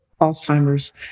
Alzheimer's